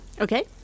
Okay